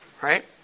right